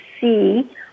see